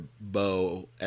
bow